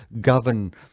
govern